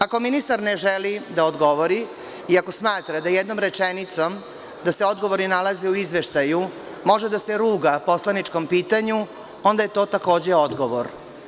Ako ministar ne želi da odgovori i ako smatra da jednom rečenicom, da se odgovori nalaze u izveštaju, može da se ruga poslaničkom pitanju, onda je to takođe odgovor.